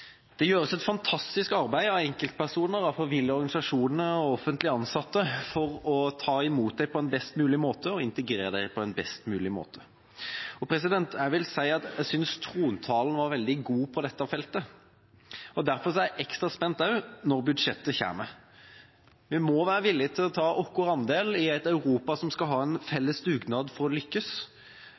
Det gjøres et fantastisk arbeid av enkeltpersoner, av frivillige organisasjoner og offentlig ansatte for å ta imot dem på en best mulig måte og integrere dem på en best mulig måte. Jeg synes trontalen var veldig god på dette feltet. Derfor er jeg ekstra spent når budsjettet kommer. Vi må være villig til å ta vår andel i et Europa som skal ha en felles dugnad for å lykkes,